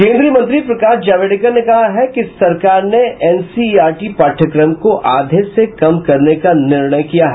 केंद्रीय मंत्री प्रकाश जावड़ेकर ने कहा है कि सरकार ने एनसीइआरटी पाठयक्रम को आधे से कम करने का निर्णय किया है